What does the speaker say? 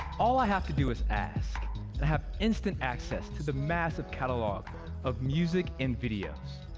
all i have to do is ask to have instant access to the massive catalog of music and videos.